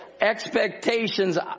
expectations